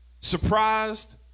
Surprised